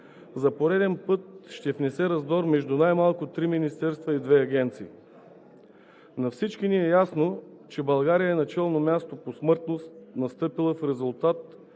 за пореден път ще се внесе раздор между най-малко три министерства и две агенции. На всички ни е ясно, че България е на челно място по смъртност, настъпила в резултат